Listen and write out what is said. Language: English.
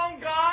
guys